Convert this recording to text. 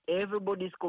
Everybody's